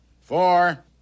four